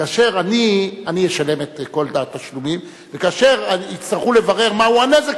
כאשר אני אשלם את כל התשלומים וכאשר יצטרכו לברר מהו הנזק,